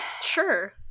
Sure